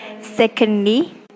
secondly